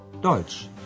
Deutsch